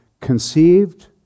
conceived